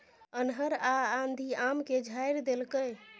अन्हर आ आंधी आम के झाईर देलकैय?